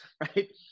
right